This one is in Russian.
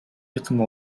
этом